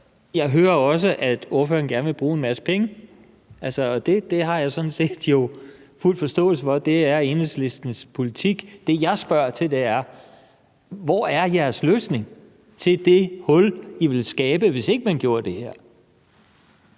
Jeg hører også, at ordføreren gerne vil bruge en masse penge. Det har jeg sådan set fuld forståelse for. Det er Enhedslistens politik. Det, jeg spørger til, er: Hvor er jeres løsning til det hul, i vil skabe, hvis ikke man gjorde det her?